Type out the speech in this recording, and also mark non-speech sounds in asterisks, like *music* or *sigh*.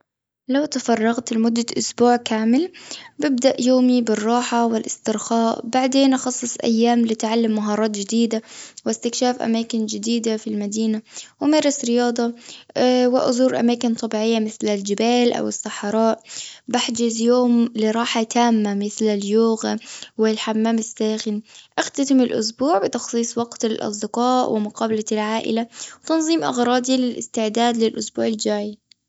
لو تفرغت لمدة أسبوع كامل، ببدأ يومي بالراحة والاسترخاء. بعدين أخصص أيام لتعلم مهارات جديدة، واستكشاف أماكن جديدة في المدينة، وأمارس رياضة، و *hesitation* أزور أماكن طبيعية، مثل الجبال، أو الصحراء. بحجز يوم لراحو تامة، مثل اليوغا والحمام الساخن. أختتم الأسبوع، بتخصيص وقت للأصدقاء، ومقابلة العائلة، وتنظيم أغراضي. للإستعداد للأسبوع الجاي.